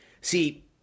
See